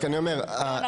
רק אני אומר --- לא,